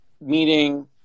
meeting